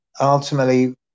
ultimately